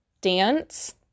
dance